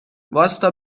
واستا